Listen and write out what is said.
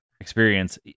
Experience